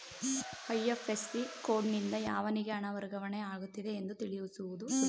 IFSC ಕೋಡ್ನಿಂದ ಯಾವನಿಗೆ ಹಣ ವರ್ಗಾವಣೆ ಆಗುತ್ತಿದೆ ಎಂದು ತಿಳಿಸುವುದು ಸುಲಭ